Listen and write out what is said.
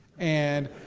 and.